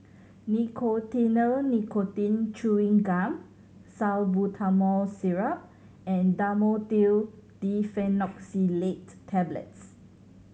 Nicotinell Nicotine Chewing Gum Salbutamol Syrup and Dhamotil Diphenoxylate Tablets